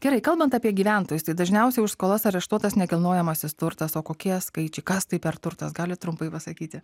gerai kalbant apie gyventojus tai dažniausiai už skolas areštuotas nekilnojamasis turtas o kokie skaičiai kas tai per turtas galit trumpai pasakyti